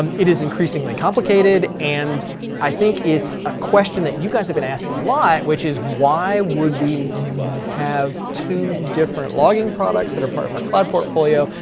um it is increasingly complicated, and i think it's a question that you guys have been asking a lot, which is why would we have two different logging products that are part of our cloud portfolio?